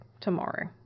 tomorrow